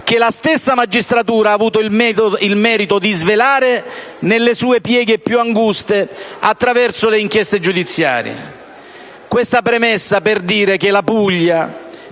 che la stessa magistratura ha avuto il merito di svelare nelle sue pieghe più anguste attraverso le inchieste giudiziarie. Faccio questa premessa per dire che la Puglia